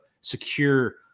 secure